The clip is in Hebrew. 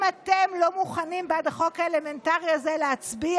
אם אתם לא מוכנים בעד החוק האלמנטרי הזה להצביע,